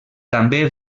també